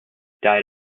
died